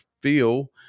feel